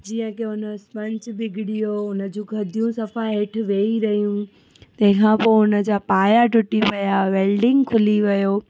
जीअं की हुन जो स्पंच बिगड़ी वियो हुन जूं गद्दियूं सफ़ा हेठि वेही रहियूं तेंखां पो हुन जा पाया टूटी विया वैल्डिंग खुली वियो